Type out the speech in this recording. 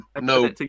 no